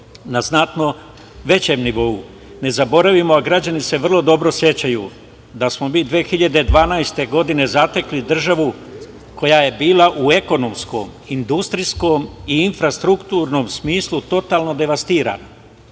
na znatno većem nivou. Ne zaboravimo, a građani se vrlo dobro sećaju, da smo mi 2012. godine zatekli državu koja je bila u ekonomskom, industrijskom i infrastrukturnom smislu, totalno devastiranu.